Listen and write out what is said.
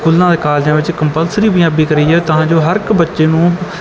ਸਕੂਲਾਂ ਕਾਲਜਾਂ ਵਿੱਚ ਕੰਪਲਸਰੀ ਪੰਜਾਬੀ ਕਰੀ ਜਾਵੇ ਤਾਂ ਜੋ ਹਰ ਇੱਕ ਬੱਚੇ ਨੂੰ